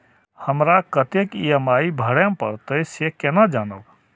हमरा कतेक ई.एम.आई भरें परतें से केना जानब?